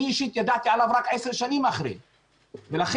אני אישית ידעתי עליו רק עשר שנים אחרי.